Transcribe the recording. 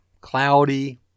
cloudy